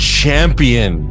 champion